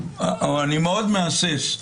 אני מאוד מהסס,